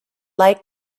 like